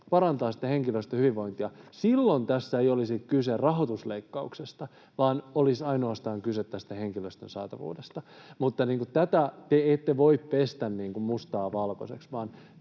sitä henkilöstön hyvinvointia, niin silloin tässä ei olisi kyse rahoitusleikkauksesta, vaan olisi kyse ainoastaan tästä henkilöstön saatavuudesta. Mutta tätä te ette voi pestä niin kuin mustaa valkoiseksi,